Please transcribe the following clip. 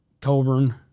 Colburn